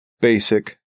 basic